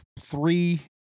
three